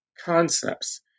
concepts